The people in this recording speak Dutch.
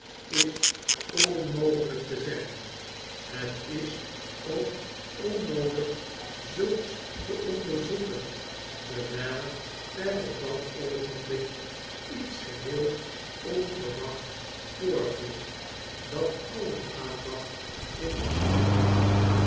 is onmogehjk te zeggen het is ook onnoodig zulks te onderzoeken dewrjl er op dat oogenblik iets geheel onverwachts voorviel dat aller aandachtm beslag nam